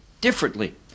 differently